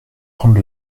prendre